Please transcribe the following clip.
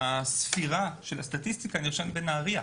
הספירה של הסטטיסטיקה נרשמת בנהריה,